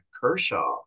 Kershaw